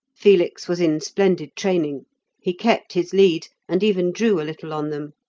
felix was in splendid training he kept his lead, and even drew a little on them.